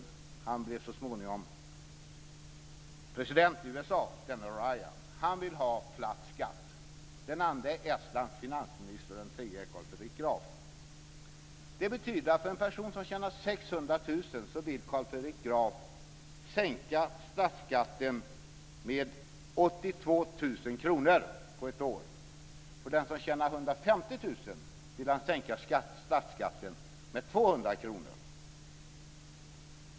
Denne Ryan blir så småningom president i USA. Han vill ha platt skatt. Den andre är Estlands finansminister, och den tredje är Carl Fredrik Graf. Det betyder att Carl Fredrik Graf vill sänka statsskatten för en person som tjänar 600 000 med 82 000 kr på ett år. För den som tjänar 150 000 vill han sänka statsskatten med 200 kr.